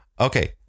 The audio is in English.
Okay